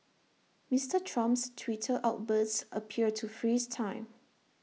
Mister Trump's Twitter outbursts appear to freeze time